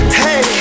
hey